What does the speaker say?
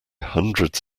hundreds